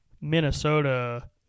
Minnesota